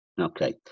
Okay